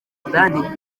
soudan